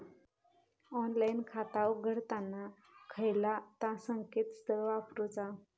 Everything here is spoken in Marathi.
ऑनलाइन खाता उघडताना खयला ता संकेतस्थळ वापरूचा?